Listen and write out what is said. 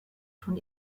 von